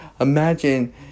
Imagine